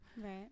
Right